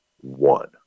one